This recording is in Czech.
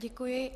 Děkuji.